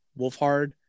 Wolfhard